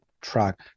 track